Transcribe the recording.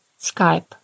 Skype